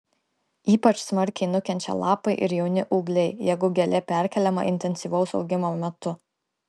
ypač smarkiai nukenčia lapai ir jauni ūgliai jeigu gėlė perkeliama intensyvaus augimo metu